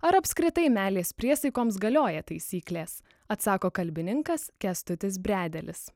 ar apskritai meilės priesaikoms galioja taisyklės atsako kalbininkas kęstutis bredelis